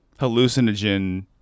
hallucinogen